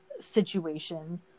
situation